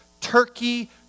Turkey